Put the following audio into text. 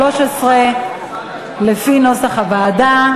כנוסח הוועדה.